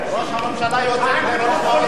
הממשלה יוצא.